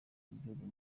ry’igihugu